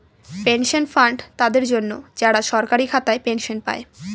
pension fund তাদের জন্য, যারা সরকারি খাতায় পেনশন পায়